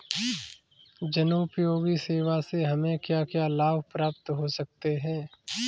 जनोपयोगी सेवा से हमें क्या क्या लाभ प्राप्त हो सकते हैं?